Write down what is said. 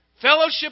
Fellowship